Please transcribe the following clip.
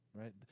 right